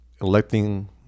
electing